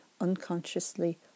unconsciously